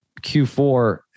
Q4